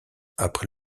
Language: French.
après